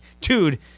dude